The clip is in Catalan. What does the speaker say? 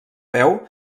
peu